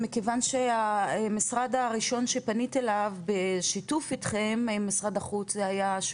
מכיוון שהמשרד הראשון שפנית אליו בשיתוף איתכם עם משרד החוץ זה היה,